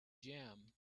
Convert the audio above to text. jam